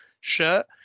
shirt